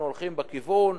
אנחנו הולכים בכיוון.